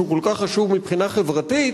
שהוא כל כך חשוב מבחינה חברתית,